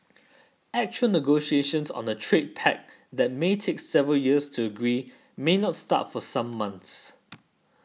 actual negotiations on a trade pact that may take several years to agree may not start for some months